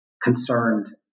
Concerned